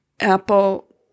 Apple